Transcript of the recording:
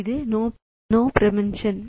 இது நோ ப்ரீம்ப்ஸ்ன்